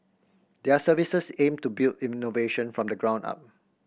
their services aim to build innovation from the ground up